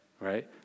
right